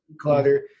clutter